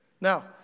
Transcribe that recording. Now